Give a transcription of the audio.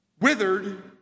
withered